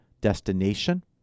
destination